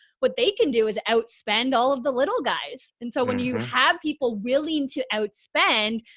what they can do is outspend all of the little guys and so when you have people really into outspend,